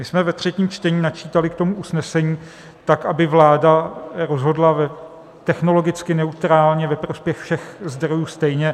My jsme ve třetím čtení načítali k tomu usnesení tak, aby vláda rozhodla technologicky neutrálně, ve prospěch všech zdrojů stejně.